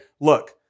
look